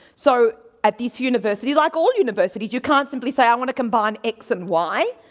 so at this university, like all universities, you can't simply say i want to combine x and y.